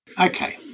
Okay